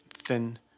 Thin